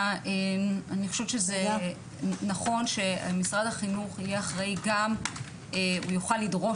אני חושבת שנכון שמשרד החינוך יוכל לדרוש